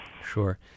Sure